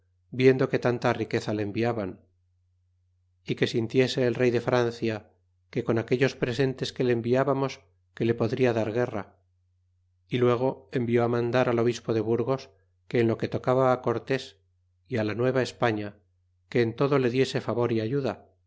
viendo que tanta riqueza le enviaban e que sintiese el rey de francia que con aquellos presentes que le enviábamos que le podria dar guerra y luego envió mandar al obispo de burgos que en lo que tocaba á cortés é á la nueva españa que en todo le diese favor y ayuda